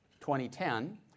2010